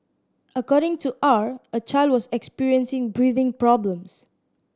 according to R a child was experiencing breathing problems